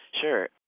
Sure